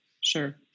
sure